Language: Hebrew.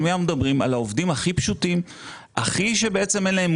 כפי שאיתי אמר.